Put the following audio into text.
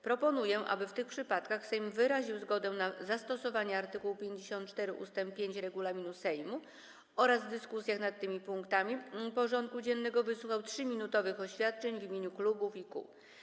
Proponuję, aby w tych przypadkach Sejm wyraził zgodę na zastosowanie art. 54 ust. 5 regulaminu Sejmu oraz w dyskusjach nad tymi punktami porządku dziennego wysłuchał 3-minutowych oświadczeń w imieniu klubów i koła.